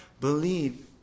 believe